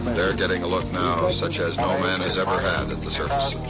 they're getting a look now such as no man has ever had at the surface.